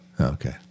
Okay